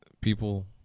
People